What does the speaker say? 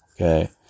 okay